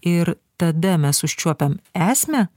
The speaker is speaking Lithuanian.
ir tada mes užčiuopiam esmę